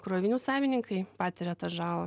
krovinių savininkai patiria tą žalą